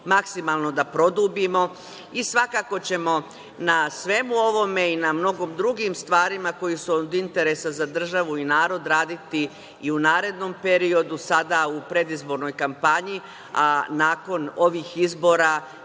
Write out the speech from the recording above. maksimalno da produbimo. Svakako ćemo na svemu ovome i na mnogim drugim stvarima koji su od interesa za državu i narod raditi i u narednom periodu, sada u predizbornoj kampanji, a nakon ovih izbora